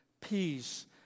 Peace